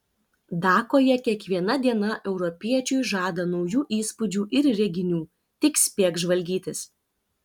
dakoje kiekviena diena europiečiui žada naujų įspūdžių ir reginių tik spėk žvalgytis